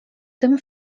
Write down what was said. tym